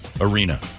arena